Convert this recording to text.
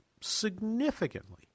significantly